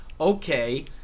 okay